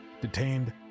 detained